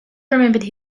remembered